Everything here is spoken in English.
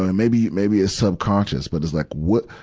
ah maybe, maybe it's subconscious, but it's like what,